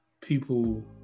people